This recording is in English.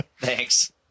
Thanks